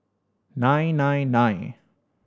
nine nine nine